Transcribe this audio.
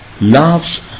loves